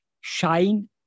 shine